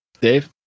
dave